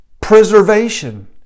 preservation